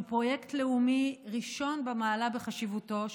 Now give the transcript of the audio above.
שהוא פרויקט לאומי ראשון במעלה בחשיבותו,